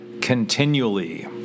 continually